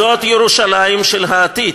זאת ירושלים של העתיד,